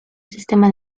sistema